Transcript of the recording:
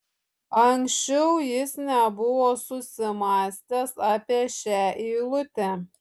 anksčiau jis nebuvo susimąstęs apie šią eilutę